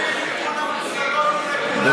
השר לוין, נקודה.